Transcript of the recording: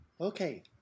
Okay